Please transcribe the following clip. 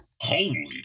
Holy